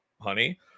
honey